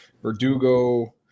Verdugo